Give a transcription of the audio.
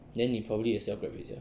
then 你 probably 也是要 grab 回家